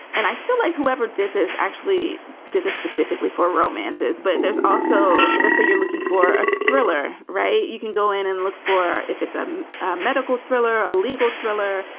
and i feel like whoever did this actually did this specifically for romances but there's also let's say you're looking for a thriller. right. you can go in and look for if it's ah a medical thriller, a legal thriller,